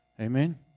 Amen